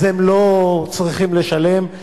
היא לא צריכה לשלם.